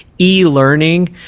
e-learning